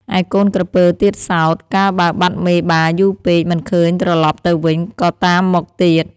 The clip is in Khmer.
ឯកូនក្រពើទៀតសោត កាលបើបាត់មេបាយូរពេក មិនឃើញត្រឡប់ទៅវិញ ក៏តាមមកទៀត